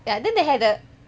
ya then they had a